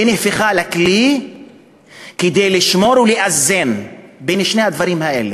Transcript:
היא נהפכה לכלי כדי לשמור ולאזן בין שני הדברים האלה: